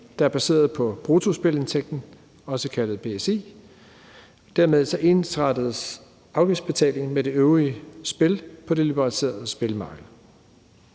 der er baseret på bruttospilleindtægten, også kaldet BSI. Dermed ensrettes afgiftsbetalingen med det øvrige spil på det liberaliserede spilmarked.